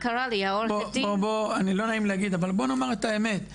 לא נעים לי להגיד אבל בוא נאמר את האמת,